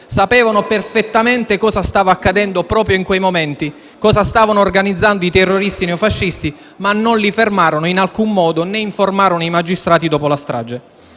sapevano perfettamente che cosa stava accadendo proprio in quei momenti e che cosa stavano organizzando i terroristi neofascisti, ma non li fermarono in alcun modo, né informarono i magistrati dopo la strage.